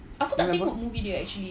remember